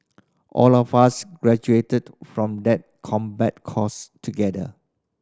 all of us graduated from that combat course together